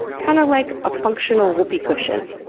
kind of like a functional whoopie cushion.